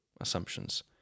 assumptions